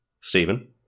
Stephen